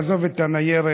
עזוב את הניירת,